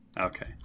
Okay